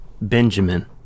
Benjamin